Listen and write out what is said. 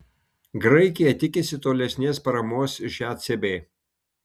graikija tikisi tolesnės paramos iš ecb